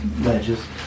ledges